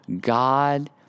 God